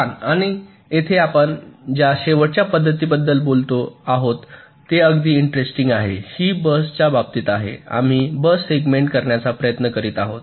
छान आणि येथे आपण ज्या शेवटच्या पद्धतीबद्दल बोलतो आहोत ते अगदीच इंटरेस्टिंग आहे ही बसच्या बाबतीत आहे आम्ही बस सेगमेंट करण्याचा प्रयत्न करीत आहोत